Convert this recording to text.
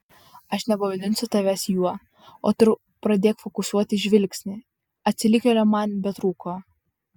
aš nebevadinsiu tavęs juo o tu pradėk fokusuoti žvilgsnį atsilikėlio man betrūko